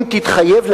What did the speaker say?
אם תתחייב,